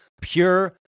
pure